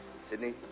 Sydney